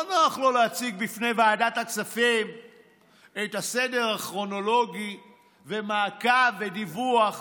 לא נוח לו להציג בפני ועדת הכספים את הסדר הכרונולוגי ומעקב ודיווח